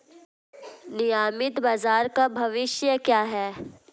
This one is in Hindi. नियमित बाजार का भविष्य क्या है?